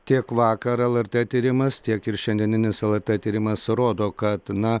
tiek vakar lrt tyrimas tiek ir šiandieninis lrt tyrimas rodo kad na